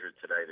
today